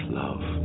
love